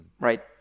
Right